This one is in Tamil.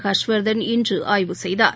ஷர்ஷ்வர்தன் இன்றுஆய்வு செய்தார்